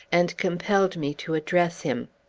and compelled me to address him.